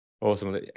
Awesome